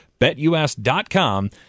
BetUS.com